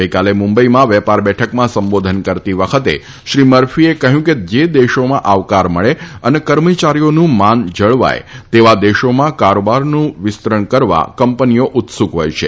ગઈકાલે મુંબઈમાં વેપાર બેઠકમાં સંબોધન કરતી વખતે શ્રી મરફીએ કહ્યું કે જે દેશોમાં આવકાર મળે અને કર્મચારીઓનું માન જળવાય તેવા દેશોમાં કારોબારનું વિસ્તરણ કરવા કંપનીઓ ઉત્સુક હોથ છે